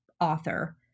author